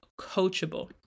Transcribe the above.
coachable